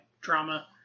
drama